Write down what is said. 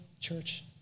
church